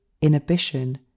inhibition